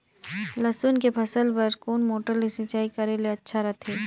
लसुन के फसल बार कोन मोटर ले सिंचाई करे ले अच्छा रथे?